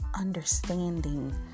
understanding